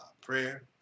prayer